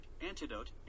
antidote